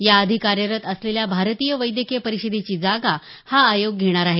याआधी कार्यरत असलेल्या भारतीय वैद्यकीय परिषदेची जागा हा आयोग घेणार आहे